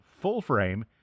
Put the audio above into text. full-frame